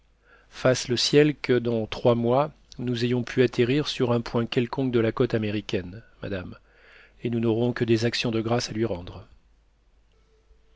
fasse le ciel que dans trois mois nous ayons pu atterrir sur un point quelconque de la côte américaine madame et nous n'aurons que des actions de grâces à lui rendre